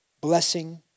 blessing